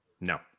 No